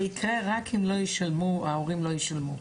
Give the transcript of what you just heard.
זה יקרה רק אם ההורים לא ישלמו,